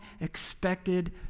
expected